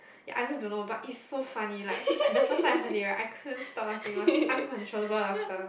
ya I also don't know but it's so funny like the first time I heard it right I couldn't stop laughing it was uncontrollable laughter